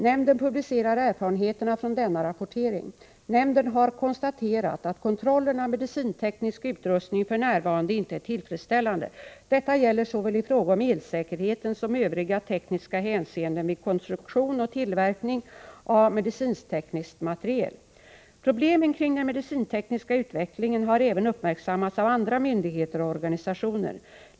Nämnden publicerar erfarenheterna från denna rapportering. Nämnden har konstaterat att kontrollen av medicinteknisk utrustning f.n. inte är tillfredsställande. Detta gäller såväl i fråga om elsäkerheten som övriga tekniska hänseenden vid konstruktion och tillverkning av medicinteknisk materiel. Problemen kring den medicintekniska utvecklingen har även uppmärksammats av andra myndigheter och organisationer.